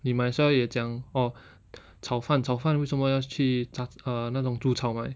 你 might as well 也讲 orh 炒饭炒饭为什么要去 uh 那种煮炒买